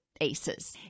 ACEs